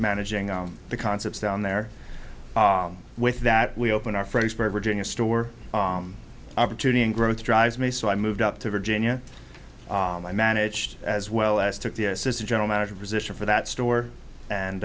managing the concepts down there with that we open our phrase very virginia store opportunity and growth drives me so i moved up to virginia and i managed as well as took the assistant general manager position for that store and